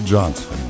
Johnson